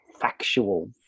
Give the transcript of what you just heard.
factual